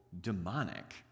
demonic